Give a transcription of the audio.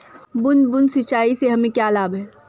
बूंद बूंद सिंचाई से हमें क्या लाभ है?